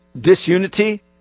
disunity